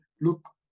look